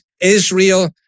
Israel